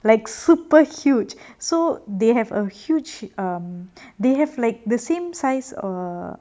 like super huge so they have a huge err they have like the same size err